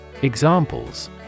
Examples